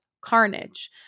Carnage